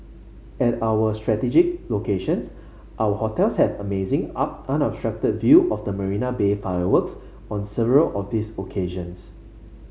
at our strategic locations our hotels have amazing up unobstructed view of the Marina Bay fireworks on several of these occasions